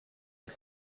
get